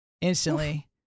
Instantly